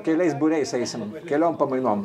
keliais būriais eisim keliom pamainom